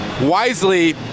wisely